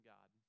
God